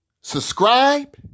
subscribe